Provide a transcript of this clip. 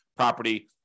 property